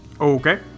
Okay